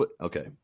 Okay